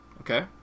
Okay